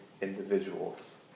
individuals